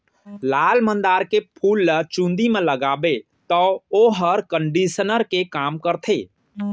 लाल मंदार के फूल ल चूंदी म लगाबे तौ वोहर कंडीसनर के काम करथे